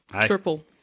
Triple